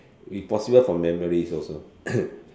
if possible from memories also